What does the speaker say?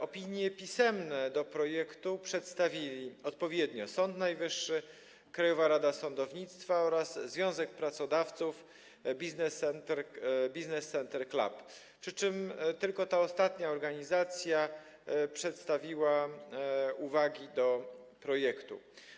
Opinie pisemne o projekcie przedstawili odpowiednio Sąd Najwyższy, Krajowa Rada Sądownictwa oraz związek pracodawców Business Centre Club, przy czym tylko ta ostatnia organizacja przedstawiła uwagi do projektu.